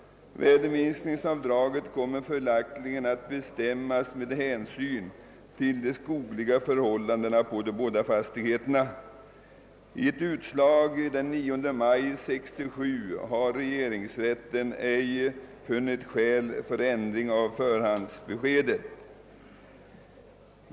Redovisningsavdraget kommer följaktligen att bestämmas av de skogliga förhållandena på de båda fastigheterna. I ett utslag den 9 maj 1967 har regeringsrätten ej funnit skäl att göra ändring i förhandsbeskedet.